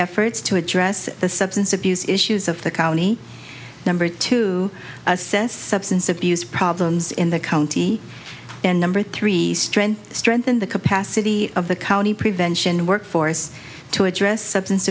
efforts to address the substance abuse issues of the county number to assess substance abuse problems in the county and number three strength strengthen the capacity of the county prevention workforce to address substance